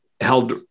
held